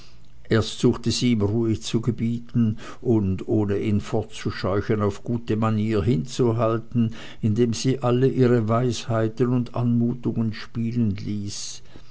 erst suchte sie ihm ruhe zu gebieten und ohne ihn fortzuscheuchen auf gute manier hinzuhalten indem sie alle ihre weisheiten und anmutungen spielen ließ